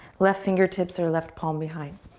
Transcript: left fingertips or left palm behind.